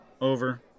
over